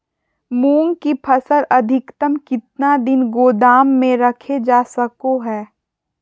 मूंग की फसल अधिकतम कितना दिन गोदाम में रखे जा सको हय?